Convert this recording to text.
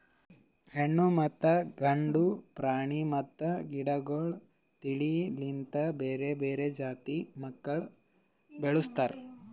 ಹೆಣ್ಣು ಮತ್ತ ಗಂಡು ಪ್ರಾಣಿ ಮತ್ತ ಗಿಡಗೊಳ್ ತಿಳಿ ಲಿಂತ್ ಬೇರೆ ಬೇರೆ ಜಾತಿ ಮಕ್ಕುಲ್ ಬೆಳುಸ್ತಾರ್